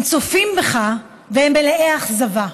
הם צופים בך והם מלאי אכזבה,